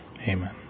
Amen